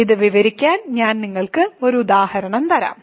ഇത് വിവരിക്കാൻ ഞാൻ നിങ്ങൾക്ക് ഒരു ഉദാഹരണം തരാം